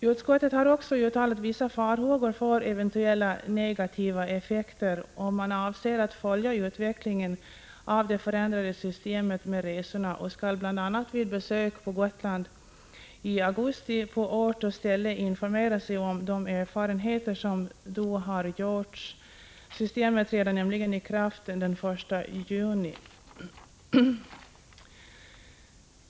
Utskottet har också uttalat vissa farhågor för eventuella negativa effekter, och man avser att följa utvecklingen av det förändrade systemet med resorna. Man skall bl.a. vid besök på Gotland i augusti på ort och ställe informera sig om de erfarenheter som dittills gjorts. Systemet träder nämligen i kraft den 1 juni.